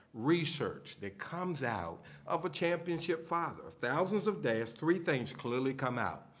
research that comes out of a championship father. thousands of dads, three things clearly come out.